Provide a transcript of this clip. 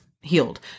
healed